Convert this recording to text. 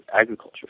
agriculture